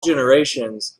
generations